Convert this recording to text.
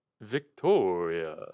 Victoria